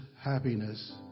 happiness